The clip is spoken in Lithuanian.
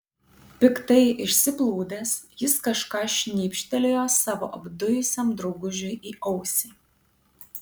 piktai išsiplūdęs jis kažką šnypštelėjo savo apdujusiam draugužiui į ausį